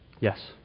Yes